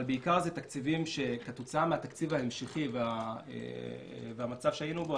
אבל בעיקר אלו תקציבים שכתוצאה מהתקציב ההמשכי והמצב שהיינו בו,